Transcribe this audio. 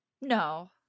No